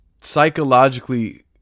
psychologically